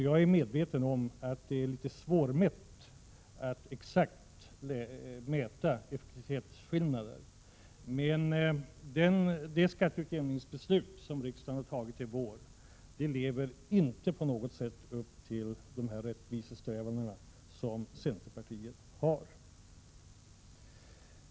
Jag är medveten om att det är svårt att exakt mäta effektivitetsskillnader, men det skatteutjämningsbeslut som riksdagen har tagit i vår lever inte på något sätt upp till de rättvisesträvanden som centerpartiet har.